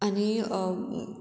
आनी